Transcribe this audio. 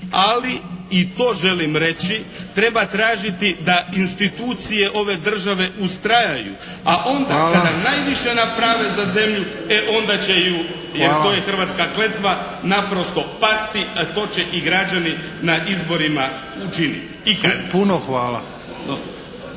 ali i to želim reći. Treba tražiti da institucije ove države ustraju, a onda kada najviše naprave za zemlju e onda će ju jer to je hrvatska kletva naprosto pasti, a to će i građani na izborima učiniti i kazniti.